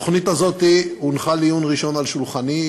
התוכנית הזאת הונחה לעיון ראשון על שולחני.